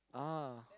ah